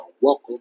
welcome